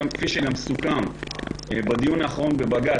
כפי שגם סוכם בדיון האחרון בבג"ץ.